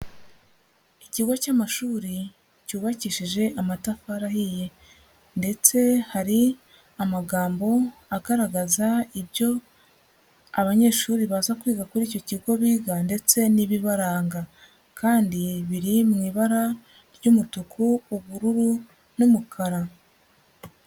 Ikigo cy'amashuri, cyubakishije amatafari ahiye ndetse hari amagambo agaragaza ibyo abanyeshuri baza kwiga kuri icyo kigo biga ndetse n'ibibaranga kandi biri mu ibara ry'umutuku, ubururu n'umukara.